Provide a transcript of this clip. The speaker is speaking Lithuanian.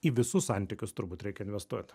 į visus santykius turbūt reikia investuot